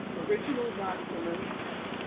original documents.